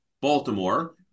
Baltimore